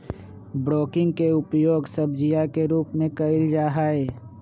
broccoli के उपयोग सब्जीया के रूप में कइल जाहई